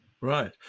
Right